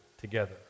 together